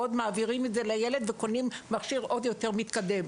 מעבירים את זה לילד וקונים מכשיר עוד יותר מתקדם.